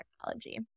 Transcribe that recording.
technology